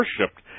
worshipped